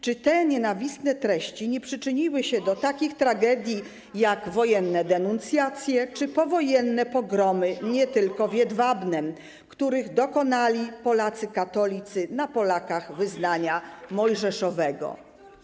Czy te nienawistne treści nie przyczyniły się do takich tragedii jak wojenne denuncjacje lub powojenne pogromy nie tylko w Jedwabnem, których dokonali Polacy katolicy na Polakach wyznania mojżeszowego?